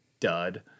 dud